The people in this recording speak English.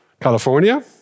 California